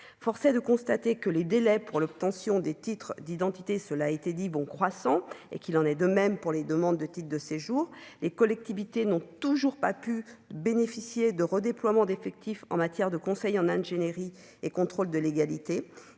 forcé de constater que les délais pour l'obtention des titres d'identité, cela a été dit bon croissant et qu'il en est de même pour les demandes de titre de séjour, les collectivités n'ont toujours pas pu bénéficier de redéploiement d'effectifs en matière de conseil en ingénierie et contrôle de légalité